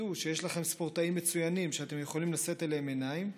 תדעו שיש לכם ספורטאים מצוינים שאתם יכולים לשאת אליהם עיניים,